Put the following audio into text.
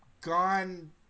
gone